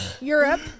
Europe